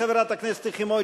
חברת הכנסת יחימוביץ,